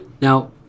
now